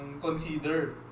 consider